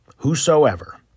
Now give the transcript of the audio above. whosoever